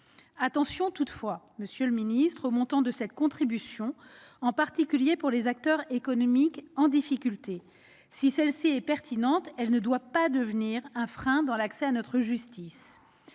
sceaux, nous devons faire attention au montant de cette contribution, en particulier pour les acteurs économiques en difficulté. Si celle-ci est pertinente, elle ne doit pas devenir un frein à l'accès à notre justice.